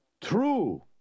True